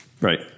Right